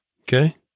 okay